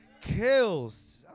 kills